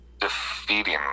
defeating